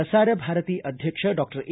ಪ್ರಸಾರ ಭಾರತಿ ಅಧ್ಯಕ್ಷ doctor A